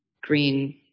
Green